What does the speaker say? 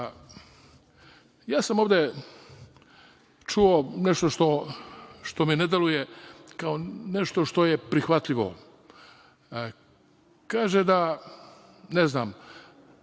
sam ovde čuo nešto što mi ne deluje kao nešto što je prihvatljivo. Kaže da su iz